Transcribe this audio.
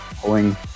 pulling